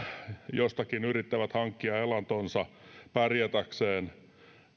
jostakin yrittävät hankkia elantonsa pärjätäkseen